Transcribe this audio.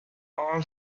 all